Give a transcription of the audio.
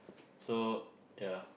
so ya